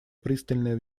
пристальное